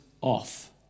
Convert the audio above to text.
off